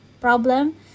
problem